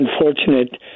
unfortunate